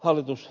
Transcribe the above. puhemies